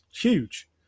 huge